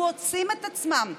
הם מוצאים את עצמם,